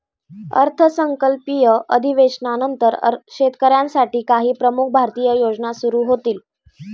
अर्थसंकल्पीय अधिवेशनानंतर शेतकऱ्यांसाठी काही प्रमुख भारतीय योजना सुरू होतील